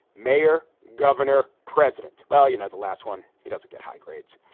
mayor. governor. president. well, you know, the last one, he doesn't get high grades.